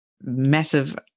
massive